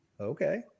Okay